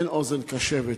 אין אוזן קשבת.